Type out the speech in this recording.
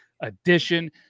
Edition